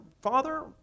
father